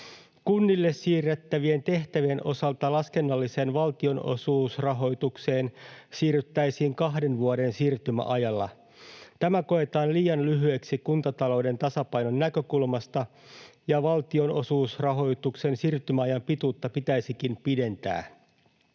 Kunnille siirrettävien tehtävien osalta laskennalliseen valtionosuusrahoitukseen siirryttäisiin kahden vuoden siirtymäajalla. Tämä koetaan liian lyhyeksi kuntatalouden tasapainon näkökulmasta, ja valtionosuusrahoituksen siirtymäajan pituutta pitäisikin pidentää.